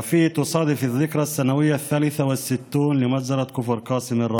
וביום זה מציינים מלאת 63 שנה לטבח הנורא בכפר קאסם.